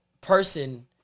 person